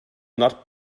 not